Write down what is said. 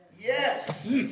Yes